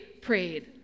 prayed